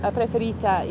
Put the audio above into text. preferita